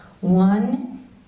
One